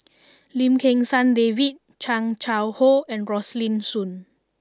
Lim Kim San David Chan Chang How and Rosaline Soon